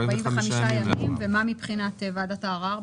ומה מבחינת ועדת הערר?